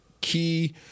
key